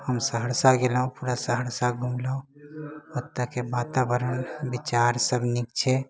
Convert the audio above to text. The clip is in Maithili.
हम सहरसा गेलहुँ पुरा सहरसा घुमलहुँ ओतऽके वातावरण विचार सभ नीक छै